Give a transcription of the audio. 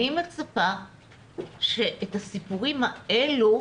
אני מצפה שאת הסיפורים האלה,